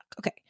okay